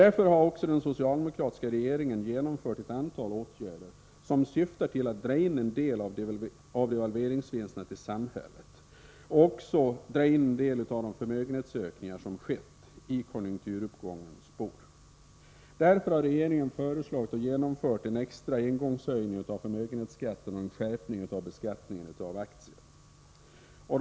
Därför har den socialdemokratiska regeringen också genomfört ett antal åtgärder som syftar till att dra in en del av devalveringsvinsterna till samhället och till att dra in en del av de förmögenhetsökningar som skett i konjunkturuppgångens spår. Därför har regeringen föreslagit och genomfört en extra engångshöjning av förmögenhetsskatten och en skärpning av beskattningen av aktier.